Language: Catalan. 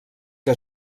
que